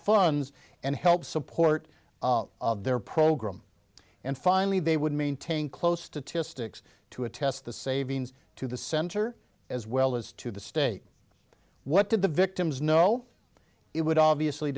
funds and help support their program and finally they would maintain close to to sticks to attest the savings to the center as well as to the state what did the victims know it would obviously